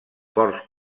forts